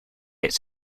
its